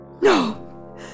No